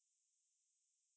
is not it's not compulsory lah